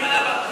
מי מנע בעדך?